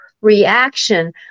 reaction